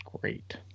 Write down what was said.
great